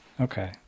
Okay